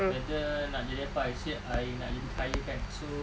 whether nak jadi apa I say I nak jadi kaya kan so